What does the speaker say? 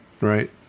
right